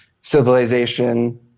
civilization